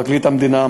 פרקליט המדינה,